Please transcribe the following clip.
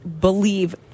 believe